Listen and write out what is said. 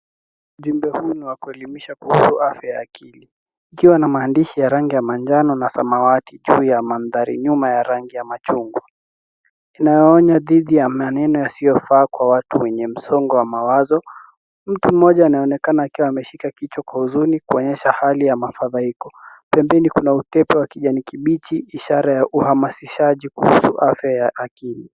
Ujumbe huu ni wa kuelimisha kuhusu afya ya akili ikiwa na maandishi ya rangi ya manjano na samawati juu ya mandhari nyuma ya rangi ya machungwa inayoonya dhidi ya maneno yasiyofaa kwa watu wenye msongo wa mawazo. Mtu mmoja naonekana akiwa ameshika kichwa kwa huzuni kuonyesha hali ya mafadhaiko. Pembeni kuna utepe wa kijani kibichi ishara ya uhamasishaji kuhusu afya ya akili.